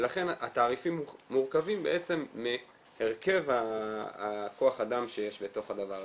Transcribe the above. ולכן התעריפים מורכבים מהרכב כוח האדם שיש בתוך הדבר הזה.